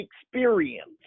experience